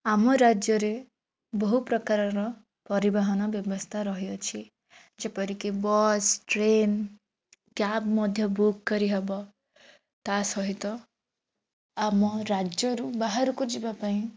ଆମ ରାଜ୍ୟରେ ବହୁ ପ୍ରକାରର ପରିବହନ ବ୍ୟବସ୍ଥା ରହିଅଛି ଯେପରିକି ବସ୍ ଟ୍ରେନ୍ କ୍ୟାବ୍ ମଧ୍ୟ ବୁକ୍ କରିହେବ ତା'ସହିତ ଆମ ରାଜ୍ୟରୁ ବାହାରକୁ ଯିବା ପାଇଁ